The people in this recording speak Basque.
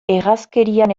errazkerian